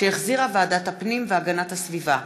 שהחזירה ועדת הפנים והגנת הסביבה.